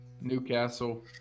Newcastle